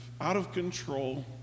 out-of-control